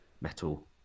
metal